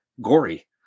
gory